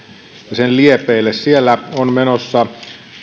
sen liepeille siellä on menossa